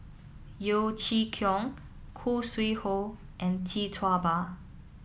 Yeo Chee Kiong Khoo Sui Hoe and Tee Tua Ba